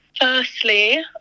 Firstly